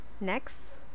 next